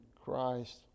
Christ